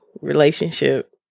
relationship